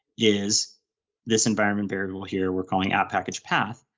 is this environment variable here we're calling app package path,